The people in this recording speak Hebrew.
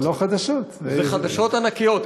זה לא חדשות, זה, זה חדשות ענקיות.